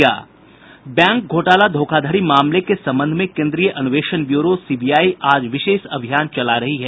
bank घोटाला धोखाधड़ी मामलों के संबंध में केन्द्रीय अन्वेषण ब्यूरो सीबीआई आज विशेष अभियान चला रही है